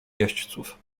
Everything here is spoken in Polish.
jeźdźców